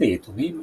בתי יתומים,